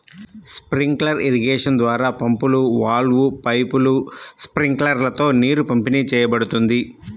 sprinkler irrigation ద్వారా పంపులు, వాల్వ్లు, పైపులు, స్ప్రింక్లర్లతో నీరు పంపిణీ చేయబడుతుంది